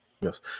Yes